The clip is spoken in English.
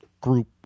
group